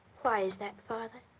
why is that, father?